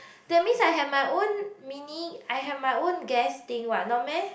that means I have my own mini I have my own gas thing what no meh